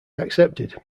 accepted